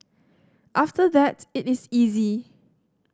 after that it is easy